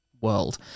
world